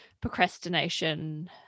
procrastination